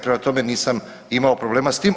Prema tome, nisam imao problem s tim.